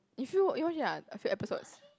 if you you watch already ah a few episodes